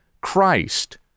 Christ